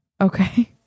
Okay